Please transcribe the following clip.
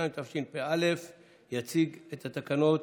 2), התשפ"א 2021, נתקבלו.